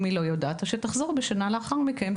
אם היא לא יודעת אז שתחזור שנה לאחר מכן,